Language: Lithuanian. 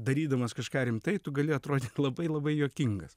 darydamas kažką rimtai tu gali atrodyti labai labai juokingas